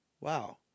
wow